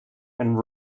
and